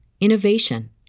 innovation